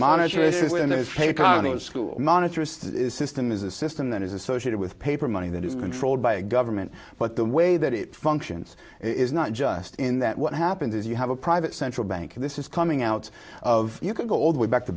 or school monetarist system is a system that is associated with paper money that is controlled by a government but the way that it functions is not in that what happens is you have a private central bank and this is coming out of you can go all the way back to